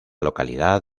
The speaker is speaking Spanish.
localidad